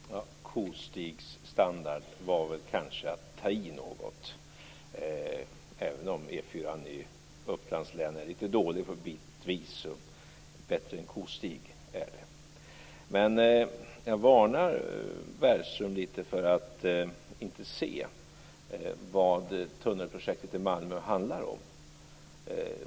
Herr talman! Att kalla det kostigsstandard var kanske att ta i något, även om E 4:an i Upplands län bitvis är lite dålig. Bättre än en kostig är den. Jag varnar Bergström för att inte studera vad tunnelprojektet i Malmö handlar om.